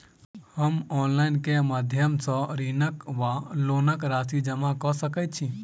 हम ऑनलाइन केँ माध्यम सँ ऋणक वा लोनक राशि जमा कऽ सकैत छी?